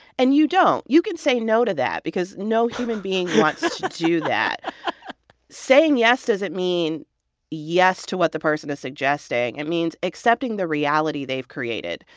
and you don't. you can say no to that because no human being wants to do that saying yes doesn't mean yes to what the person is suggesting. it means accepting the reality they've created.